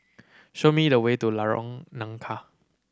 show me the way to Lorong Nangka